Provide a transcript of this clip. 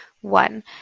one